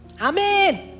Amen